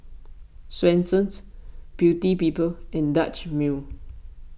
Swensens Beauty People and Dutch Mill